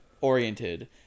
oriented